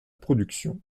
production